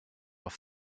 off